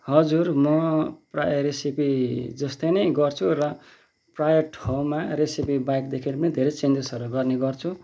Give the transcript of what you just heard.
हजुर म प्रायः रेसिपी जस्तै नै गर्छु र प्रायः ठाउँमा रेसिपी बाहेकदेखि पनि धेरै चेन्जेसहरू गर्ने गर्छु